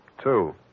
Two